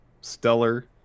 stellar